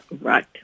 right